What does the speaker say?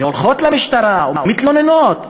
והולכות למשטרה ומתלוננות.